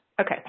Okay